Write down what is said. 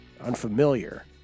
unfamiliar